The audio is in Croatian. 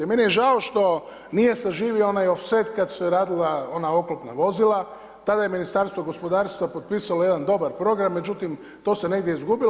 A meni je žao što nije zaživio onaj ofset kada su se radila ona oklopna vozila, tada je Ministarstvo gospodarstva potpisalo jedan dobar program međutim to se negdje izgubilo.